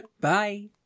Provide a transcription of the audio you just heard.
Bye